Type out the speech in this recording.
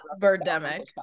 birdemic